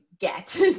get